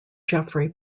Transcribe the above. geoffrey